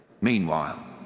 Meanwhile